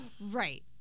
Right